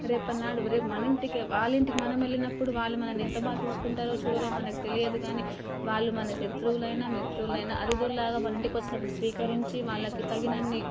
రేపటి నాడు రేపు మనింటికే వాళ్ళింటికి మనం వెళ్ళినపుడు వాళ్ళు మనల్ని ఎంత బాగా చేసుకుంటారో చూడరో మనకి తెలియదు గానీ వాళ్ళు మన శత్రువులైనా మిత్రువులైనా అతిథుల్లాగా మనింటికి వచ్చినపుడు స్వీకరించి వాళ్ళకి తగినన్ని